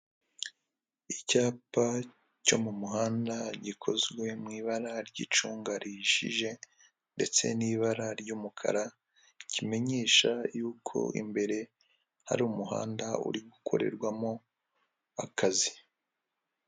Icyapa cyo mu muhanda gikozwe mu ibara ry'icunga rihishije, ndetse n'ibara ry'umukara, kimenyesha yuko imbere hari umuhanda uri gukorerwamo akazi.